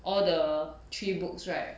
all the three books right